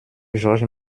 georges